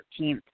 13th